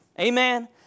Amen